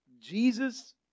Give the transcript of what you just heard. Jesus